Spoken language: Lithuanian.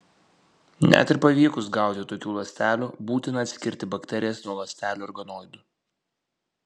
net ir pavykus gauti tokių ląstelių būtina atskirti bakterijas nuo ląstelių organoidų